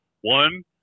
One